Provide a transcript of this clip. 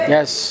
Yes